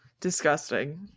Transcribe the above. Disgusting